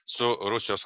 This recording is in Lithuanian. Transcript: su rusijos